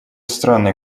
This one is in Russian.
странный